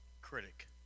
critic